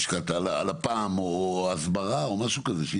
לשכת הלפ"מ או הסברה או משהו כזה.